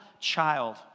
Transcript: child